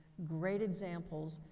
great examples,